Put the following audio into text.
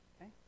Okay